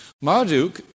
Marduk